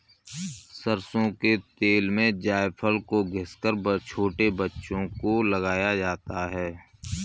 सरसों के तेल में जायफल को घिस कर छोटे बच्चों को लगाया जाता है